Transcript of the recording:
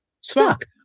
stuck